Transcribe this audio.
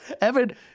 Evan